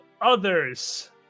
others